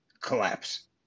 collapse